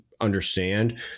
understand